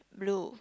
blue